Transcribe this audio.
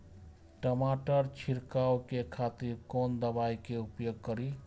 टमाटर छीरकाउ के खातिर कोन दवाई के उपयोग करी?